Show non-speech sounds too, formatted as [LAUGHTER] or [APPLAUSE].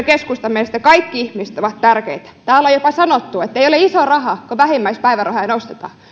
[UNINTELLIGIBLE] keskustan mielestä kaikki ihmiset ovat tärkeitä täällä on jopa sanottu ettei ole iso raha kun vähimmäispäivärahoja nostetaan